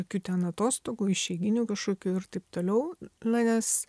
jokių ten atostogų išeiginių kažkokių ir taip toliau na nes